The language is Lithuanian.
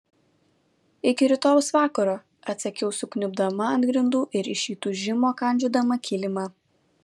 iki rytojaus vakaro atsakiau sukniubdama ant grindų ir iš įtūžimo kandžiodama kilimą